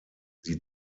sie